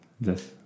Yes